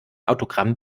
autogramm